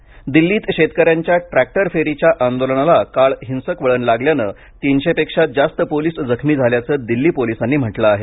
दिल्ली सुरक्षाव्यवस्था दिल्लीत शेतकऱ्यांच्या ट्रॅक्टर फेरीच्या आंदोलनाला काल हिंसक वळण लागल्यानं तीनशेपेक्षा जास्त पोलिस जखमी झाल्याचं दिल्ली पोलिसांनी म्हटलं आहे